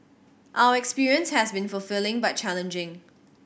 our experience has been fulfilling but challenging